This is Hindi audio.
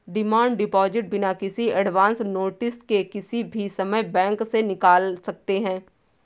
डिमांड डिपॉजिट बिना किसी एडवांस नोटिस के किसी भी समय बैंक से निकाल सकते है